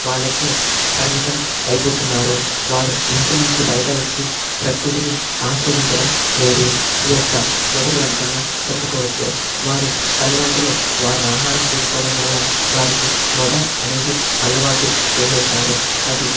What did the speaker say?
వాళ్ళకే పరిమితం అయిపోతున్నారు వారు ఇంటి నుంచి బయట వచ్చి ప్రకృతిని ఆస్వాదించడం లేదు ఈ యొక్క మొదటి అంశంగా చెప్పుకోవచ్చు వారి తల్లిదండ్రులు వారి ఆహారం తీసుకోవడం వల్ల వారికి మొబైల్ అనేది అలవాటు చేసేసారు అది